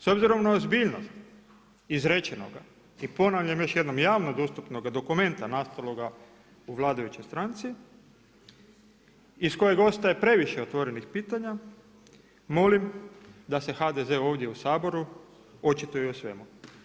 S obzirom na ozbiljnost izrečenoga i ponavljam još jednom, javno dostupnoga dokumenta nastaloga u vladajućoj stranci iz kojeg ostaje previše otvorenih pitanja, molim da se HDZ ovdje u Saboru očituje o svemu.